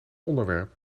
onderwerp